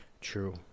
True